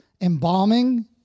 embalming